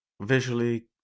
visually